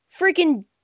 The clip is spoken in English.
freaking